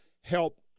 help